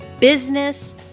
business